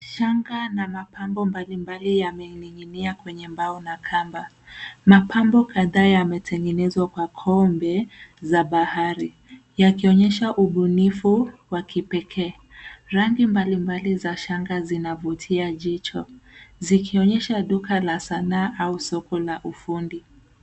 Shanga na mapambo mbali mbali yamening'inia kwenye mbao na kamba. Mapambo kadhaa yametengenezwa kwa koombe za bahari yakionyesha ubunifu wa kipekee. Rangi mbali mbali za shanga zinavutia jicho zikionyesha duka la sanaa au soko la ufundi.